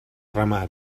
ramat